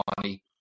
money